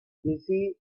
busy